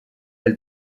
elle